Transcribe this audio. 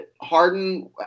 Harden